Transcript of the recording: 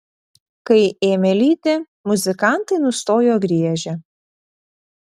kai ėmė lyti muzikantai nustojo griežę